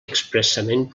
expressament